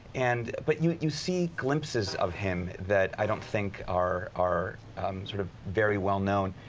and but you you see glimpses of him that i don't think are are sort of very well known.